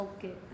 Okay